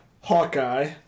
Hawkeye